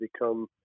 become